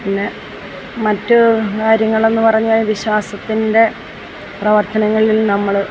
പിന്നെ മറ്റു കാര്യങ്ങളെന്നു പറഞ്ഞാൽ വിശ്വാസത്തിൻ്റെ പ്രവർത്തനങ്ങളിൽ നമ്മൾ